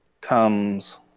comes